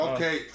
Okay